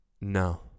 No